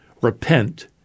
repent